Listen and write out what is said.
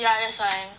ya that's why